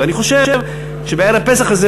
ואני חושב שבערב פסח הזה,